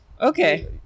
Okay